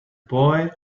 boy